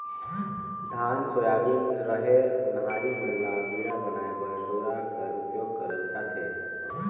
धान, सोयाबीन, रहेर, ओन्हारी मन ल बीड़ा बनाए बर डोरा कर उपियोग करल जाथे